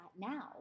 now